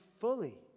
fully